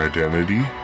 Identity